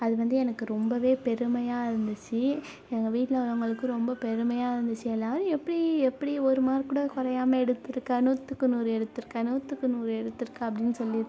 அது வந்து எனக்கு ரொம்பவே பெருமையாக இருந்துச்சு எங்கள் வீட்டில் உள்ளவங்களுக்கு பெருமையாக இருந்துச்சு எல்லாரும் எப்படி எப்படி ஒரு மார்க் கூட குறையாம எடுத்துருக்கே நூற்றுக்கு நூறு எடுத்துருக்கே நூற்றுக்கு நூறு எடுத்துருக்கே அப்படின்னு சொல்லி